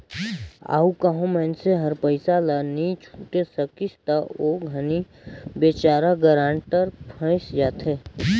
अउ कहों मइनसे हर पइसा ल नी छुटे सकिस ता ओ घनी बिचारा गारंटर फंइस जाथे